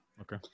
Okay